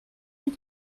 une